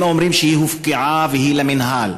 הם אומרים שהיא הופקעה והיא של המינהל.